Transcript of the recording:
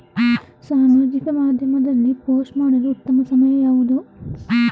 ಸಾಮಾಜಿಕ ಮಾಧ್ಯಮದಲ್ಲಿ ಪೋಸ್ಟ್ ಮಾಡಲು ಉತ್ತಮ ಸಮಯ ಯಾವುದು?